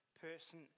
person